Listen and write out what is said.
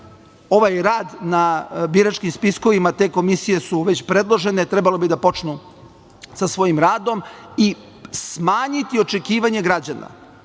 Ovaj rad na biračkim spiskovima, te komisije su već predložene, trebalo bi da počnu sa svojim radom i smanjiti očekivanje građana.